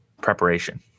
preparation